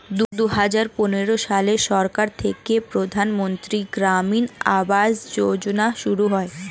দুহাজার পনেরো সালে সরকার থেকে প্রধানমন্ত্রী গ্রামীণ আবাস যোজনা শুরু হয়